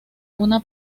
una